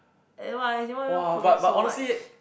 as in why as in why you want commit so much